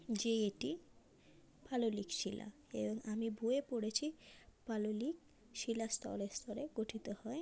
যে এটি পাললিক শিলা এবার আমি বইয়ে পড়েছি পাললিক শিলা স্তরে স্তরে গঠিত হয়